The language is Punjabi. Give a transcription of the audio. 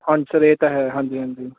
ਹਾਂਜੀ ਸਰ ਇਹ ਤਾਂ ਹੈ ਹਾਂਜੀ ਹਾਂਜੀ